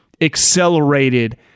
accelerated